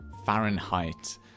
fahrenheit